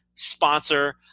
sponsor